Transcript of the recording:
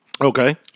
Okay